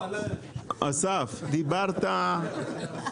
אסף, דיברת על פתרונות